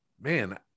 man